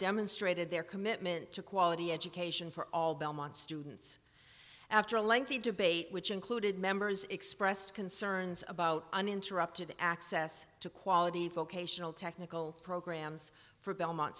demonstrated their commitment to quality education for all belmont students after a lengthy debate which included members expressed concerns about uninterrupted access to quality vocational technical programs for belmont